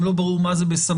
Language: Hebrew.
גם לא ברור מה זה 'בסמוך'.